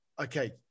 okay